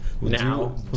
Now